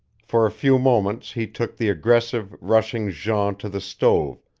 for a few moments he took the aggressive, rushing jean to the stove,